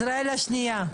ישראל השנייה.